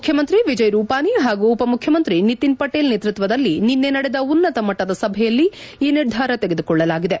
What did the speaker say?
ಮುಖ್ಯಮಂತ್ರಿ ವಿಜಯ್ ರೂಪಾನಿ ಹಾಗೂ ಉಪ ಮುಖ್ಯಮಂತ್ರಿ ನಿತಿನ್ ಪಟೇಲ್ ನೇತೃತ್ವದಲ್ಲಿ ನಿನ್ನೆ ನಡೆದ ಉನ್ನತ ಮಟ್ಟದ ಸಭೆಯಲ್ಲಿ ಈ ನಿರ್ಧಾರ ತೆಗೆದುಕೊಳ್ಳಲಾಗಿದೆ